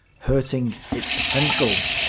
hurting its potential.